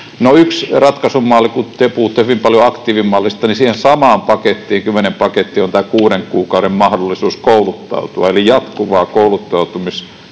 yksi ratkaisumalli, kun te puhutte hyvin paljon aktiivimallista, siinä samassa kymmenen paketissa on tämä kuuden kuukauden mahdollisuus kouluttautua, eli jatkuvaa kouluttautumistilannetta